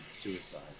suicide